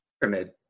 pyramid